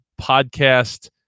podcast